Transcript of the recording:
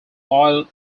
loyal